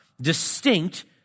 distinct